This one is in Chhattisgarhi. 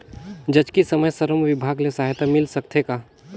जचकी समय श्रम विभाग ले सहायता मिल सकथे का?